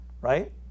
right